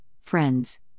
friends